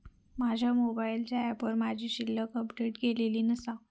माझ्या मोबाईलच्या ऍपवर माझी शिल्लक अपडेट केलेली नसा